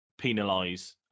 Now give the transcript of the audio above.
penalise